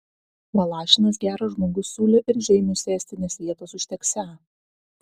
valašinas geras žmogus siūlė ir žeimiui sėsti nes vietos užteksią